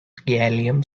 gallium